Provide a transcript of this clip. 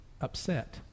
upset